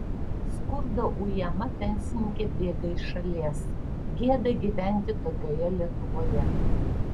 skurdo ujama pensininkė bėga iš šalies gėda gyventi tokioje lietuvoje